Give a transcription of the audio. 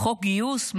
חוק גיוס?